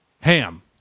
Ham